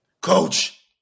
Coach